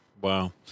Wow